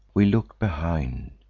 we look behind,